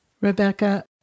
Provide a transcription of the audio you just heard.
Rebecca